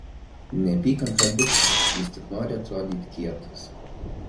nepyk ant to bičo jis tik nori atrodyt kietas